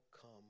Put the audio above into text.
come